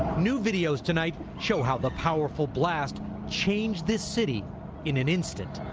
new videos tonight show how the powerful blast changed this city in an instant.